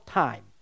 time